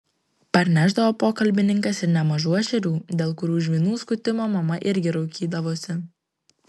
parnešdavo pokalbininkas ir nemažų ešerių dėl kurių žvynų skutimo mama irgi raukydavosi